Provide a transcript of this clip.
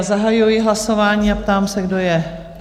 Zahajuji hlasování a ptám se, kdo je pro?